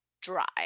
dry